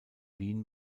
wien